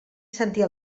sentir